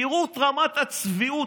תראו את רמת הצביעות,